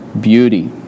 beauty